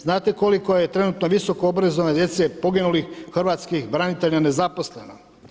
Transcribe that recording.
Znate koliko je trenutno visokoobrazovane djece poginulih hrvatskih branitelja nezaposleno?